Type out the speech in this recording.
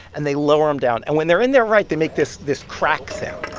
and they lower them down. and when they're in there right, they make this this crack sound